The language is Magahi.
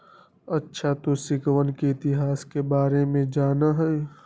अच्छा तू सिक्कवन के इतिहास के बारे में जाना हीं?